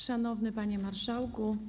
Szanowny Panie Marszałku!